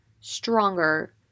stronger